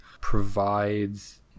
provides